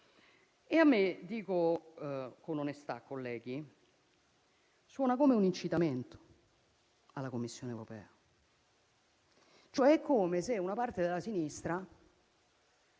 e a me - lo dico con onestà, colleghi - suona come un incitamento alla Commissione europea. È come se una parte della sinistra,